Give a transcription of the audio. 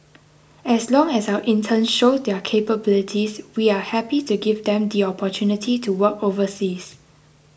as long as our interns show their capabilities we are happy to give them the opportunity to work overseas